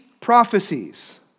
prophecies